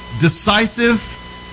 decisive